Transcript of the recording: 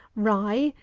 rye,